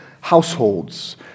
households